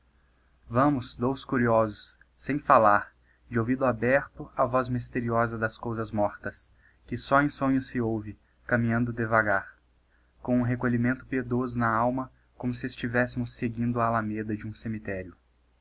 vamos dous curiosos sem fallar de ouvido aberto á voz mysteriosa das cousas mortas que só em sonho se ouve caminhando de vagar com um recolhimento piedoso na alma como se estivéssemos seguindo a alameda de um cemitério